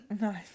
nice